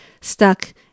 stuck